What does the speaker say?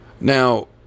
now